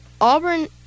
Auburn